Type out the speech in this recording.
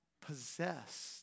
possessed